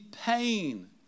pain